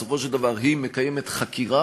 בסופו של דבר היא מקיימת חקירה,